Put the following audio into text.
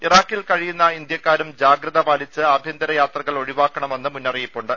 ഇറാഖിൽ കഴിയുന്ന ഇന്ത്യക്കാരും ജാഗ്രത പാലിച്ച് ആഭ്യന്തര യാത്രകൾ ഒഴിവാക്കണമെന്ന് മുന്നറിയിപ്പുണ്ട്